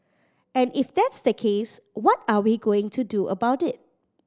and if that's the case what are we going to do about it